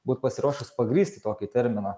būt pasiruošus pagrįsti tokį terminą